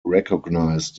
recognized